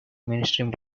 mainstream